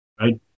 right